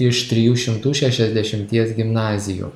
iš trijų šimtų šešiasdešimties gimnazijų